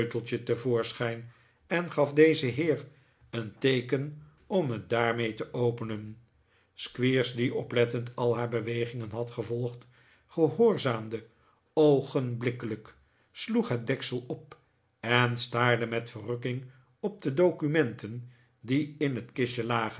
sleuteltje te voorschijn en gaf dezen heer een teeken om het daarmee te openen squeers die oplettend al haar bewegingen had gevolgd gehoorzaamde oogenblikkelijk sloeg het deksel op en staarde met verrukking op de documenten die in het